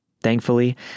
Thankfully